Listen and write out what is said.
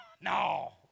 No